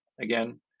again